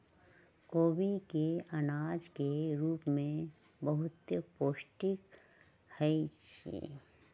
खोबि के अनाज के रूप में बहुते पौष्टिक होइ छइ